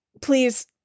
please